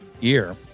year